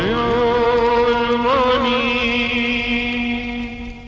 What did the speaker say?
o a